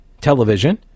television